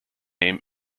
name